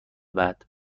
بعد